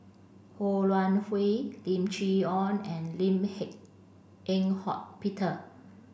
Ho Wan Hui Lim Chee Onn and Lim Eng Hock Peter